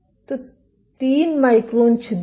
तो तीन माइक्रोन छिद्र में